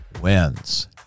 wins